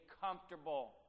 comfortable